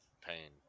pain